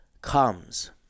comes